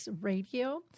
Radio